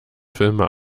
filme